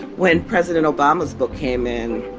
when president obama's book came in.